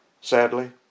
Sadly